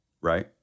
right